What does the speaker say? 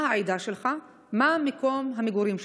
מה העדה שלך ומה מקום המגורים שלך?